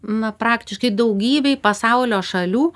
na praktiškai daugybėj pasaulio šalių